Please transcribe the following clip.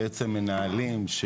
מנהלים,